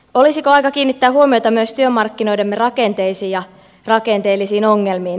olisiko aika kiinnittää huomiota myös työmarkkinoidemme rakenteisiin ja rakenteellisiin ongelmiin